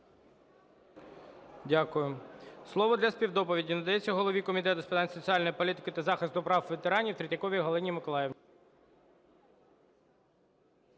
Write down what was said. Дякую. Слово для співдоповіді надається голові Комітету з питань соціальної політики та захисту прав ветеранів Третьяковій Галині Миколаївні.